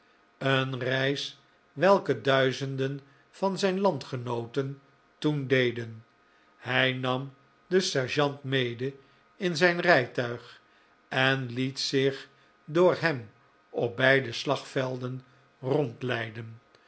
een reis welke duizenden van zijn landgenooten toen deden hij nam den sergeant mede in zijn rijtuig en liet zich door hem op beide slagvelden